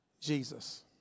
Jesus